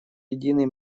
единый